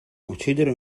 uccidere